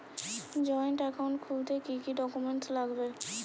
Joint account খুলতে কি কি ডকুমেন্টস লাগবে?